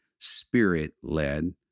spirit-led